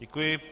Děkuji.